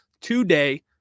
today